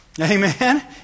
Amen